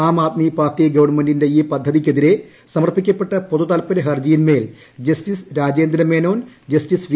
Aam Aadmi party ഗവണ്മെന്റിന്റെ ഇൌ പദ്ധതിക്കെതിരെ സമർപ്പിക്കപ്പെട്ട പൊതുതാല്പരൃ ഹർജിയിന്മേൽ ജസ്റ്റിസ് രാജേന്ദ്രമേനോൻ ജസ്റ്റിസ് വി